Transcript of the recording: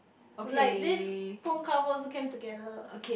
like this phone cover also came together